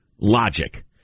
logic